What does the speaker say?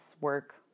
work